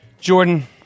Jordan